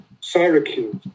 Syracuse